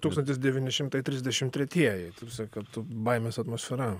tūkstantis devyni šimtai trisdešimt tretieji ta prasme kad baimės atmosfera